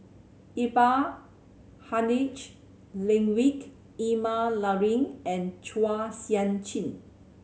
Iqbal Heinrich Ludwig Emil Luering and Chua Sian Chin